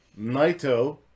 Naito